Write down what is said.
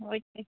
okay